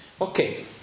Okay